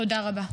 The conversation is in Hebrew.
תודה רבה.